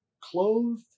clothed